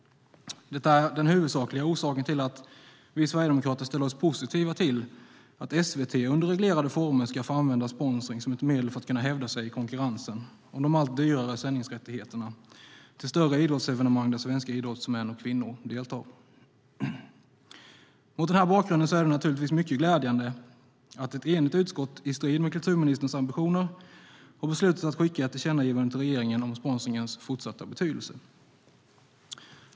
Detta är den huvudsakliga orsaken till att vi sverigedemokrater ställer oss positiva till att SVT under reglerade former ska få använda sponsring som ett medel för att kunna hävda sig i konkurrensen om de allt dyrare sändningsrättigheterna till större idrottsevenemang där svenska idrottsmän och idrottskvinnor deltar. Mot denna bakgrund är det naturligtvis mycket glädjande att ett enigt utskott, i strid med kulturministerns ambitioner, har beslutat att skicka ett tillkännagivande till regeringen om sponsringens fortsatta betydelse.